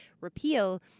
repeal